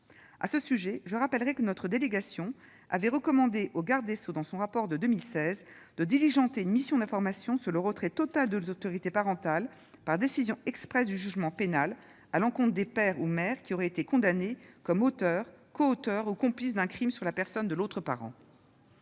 À ce sujet, je rappelle que la délégation aux droits des femmes avait recommandé au garde des sceaux, dans son rapport d'information de 2016, « de diligenter une mission d'information sur le retrait total de l'autorité parentale par décision expresse du jugement pénal, à l'encontre des père ou mère qui auraient été condamnés comme auteurs, coauteurs ou complices d'un crime sur la personne de l'autre parent